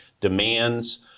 demands